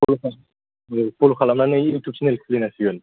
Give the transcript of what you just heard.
औ फल' खालामनानै इउटुब चेनेल खुलिनांसिगोन